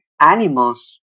animals